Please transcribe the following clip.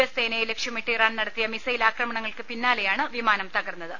S സേനയെ ലക്ഷ്യമിട്ട് Iran നടത്തിയ മിസൈൽ ആക്രമണങ്ങൾക്ക് പിന്നാലെയാണ് വിമാനം തകർന്നത്